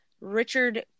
Richard